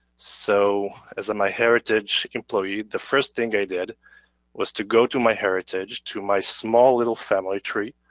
so as a myheritage employee, the first thing i did was to go to myheritage, to my small, little family tree,